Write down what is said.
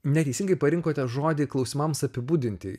neteisingai parinkote žodį klausimams apibūdinti